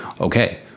okay